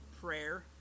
prayer